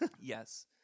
Yes